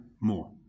more